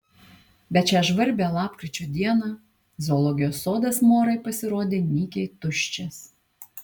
bet šią žvarbią lapkričio dieną zoologijos sodas morai pasirodė nykiai tuščias